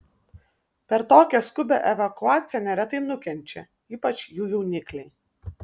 per tokią skubią evakuaciją neretai nukenčia ypač jų jaunikliai